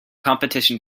competition